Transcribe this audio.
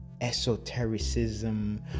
esotericism